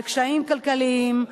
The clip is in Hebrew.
קשיים כלכליים.